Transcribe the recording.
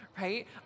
right